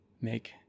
make